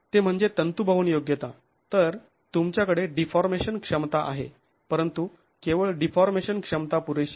ते म्हणजे तंतुभवन योग्यता तर तुमच्याकडे डीफॉर्मेशन क्षमता आहे परंतु केवळ डीफॉर्मेशन क्षमता पुरेशी नाही